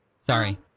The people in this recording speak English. Sorry